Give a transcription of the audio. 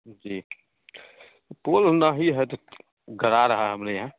जी पोल धंधा ही है तो गड़ा रहा हमारे यहाँ